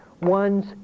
one's